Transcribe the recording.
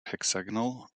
hexagonal